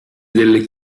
delle